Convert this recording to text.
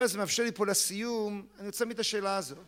זה מאפשר לי פה לסיום, אני רוצה להעמיד את השאלה הזו